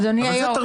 אדוני היושב ראש,